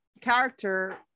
character